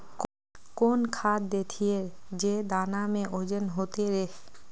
कौन खाद देथियेरे जे दाना में ओजन होते रेह?